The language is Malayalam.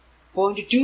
അത് 0